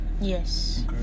Yes